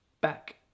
back